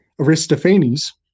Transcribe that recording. Aristophanes